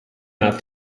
not